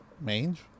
Mange